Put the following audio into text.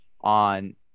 on